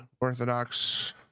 orthodox